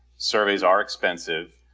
surveys are expensive.